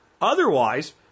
Otherwise